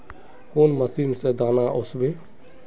कौन मशीन से दाना ओसबे?